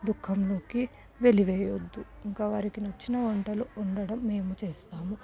దుఃఖంలోకి వెలివేయొద్దు ఇంకా వారికి నచ్చిన వంటలు వండడం మేము చేస్తాము